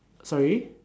sorry